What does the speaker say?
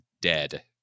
dead